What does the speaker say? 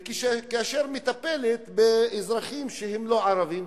וכאשר היא מטפלת באזרחים שהם לא ערבים,